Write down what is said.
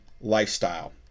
lifestyle